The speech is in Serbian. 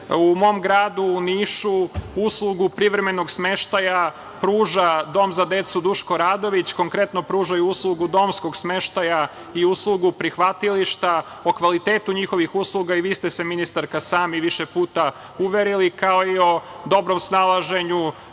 mom gradu, u Nišu uslugu privremenog smeštaja pruža Dom za decu „Duško Radović“, konkretno pružaju uslugu domskog smeštaja i uslugu prihvatilišta. O kvalitetu njihovih usluga i vi ste se ministarka sami više puta uverili, kao i o dobrom snalaženju